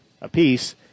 apiece